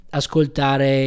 ascoltare